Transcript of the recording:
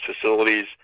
facilities